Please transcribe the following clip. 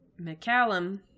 McCallum